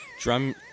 drum